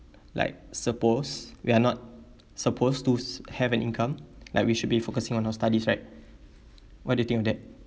like suppose we're not supposed to have an income like we should be focusing on our studies right what do you think of that